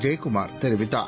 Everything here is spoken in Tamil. ஜெயக்குமார் தெரிவித்தார்